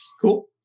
Cool